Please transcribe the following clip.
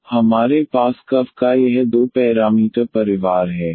तो हमारे पास कर्व का यह दो पैरामीटर परिवार है